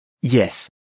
Yes